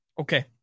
Okay